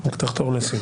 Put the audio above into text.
רק תחתור לסיום.